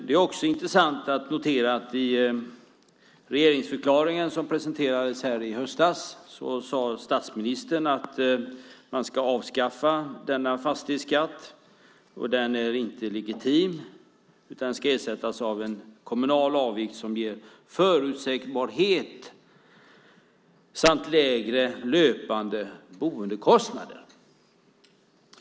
Det är också intressant att notera att statsministern i regeringsförklaringen som presenterades här i höstas sade att man ska avskaffa denna fastighetsskatt. Den är inte legitim utan ska ersättas av en kommunal avgift som ger förutsägbarhet samt lägre löpande boendekostnader.